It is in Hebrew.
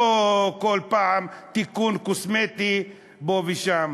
לא כל פעם תיקון קוסמטי פה ושם.